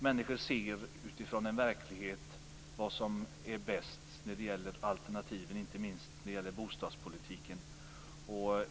Människor ser, utifrån verkligheten, vilket alternativ som är bäst, inte minst när det gäller bostadspolitiken.